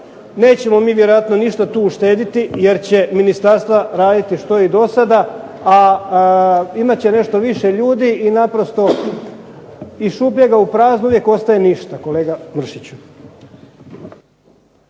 nećemo mi ništa su uštedjeti jer će ministarstva raditi što i do sada a imat će nešto više ljudi i naprosto iz šupljega u prazno uvijek ostaje ništa kolega Mršiću.